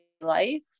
life